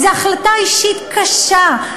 זו החלטה אישית קשה,